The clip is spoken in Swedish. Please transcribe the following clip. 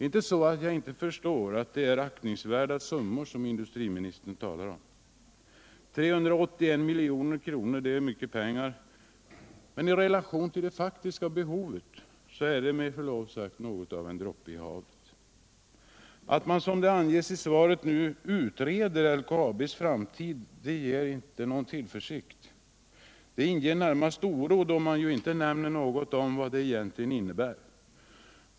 Inte så att jag inte förstår att det är aktningsvärda summor som industriministern talar om — 381 milj.kr. är mycket pengar — men i relation till det faktiska behovet är de med förlov sagt något av en droppe i havet. Att man, som det anges i svaret, nu utreder LKAB:s framtid inger ingen tillförsikt utan närmast oro, då man ju inte nämner något om vad det egentligen innebär.